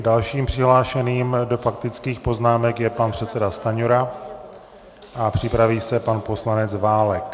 Dalším přihlášeným do faktických poznámek je pan předseda Stanjura a připraví se pan poslanec Válek.